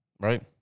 Right